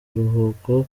biruhuko